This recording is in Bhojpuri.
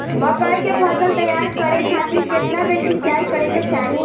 मकई के फसल तैयार करे खातीर केतना बेर सिचाई करे के चाही?